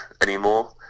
anymore